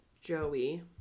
Joey